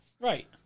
Right